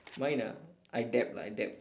mine ah I dab lah I dab